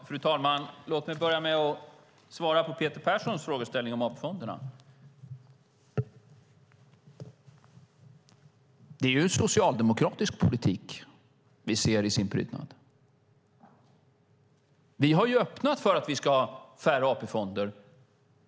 Fru talman! Låt mig börja med att svara på Peter Perssons frågeställning om AP-fonderna. Det är socialdemokratisk politik vi ser i sin prydno. Vi har ju öppnat för att vi ska ha färre AP-fonder.